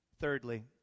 Thirdly